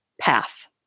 path